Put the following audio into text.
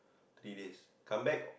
three days come back